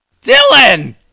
Dylan